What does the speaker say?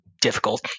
difficult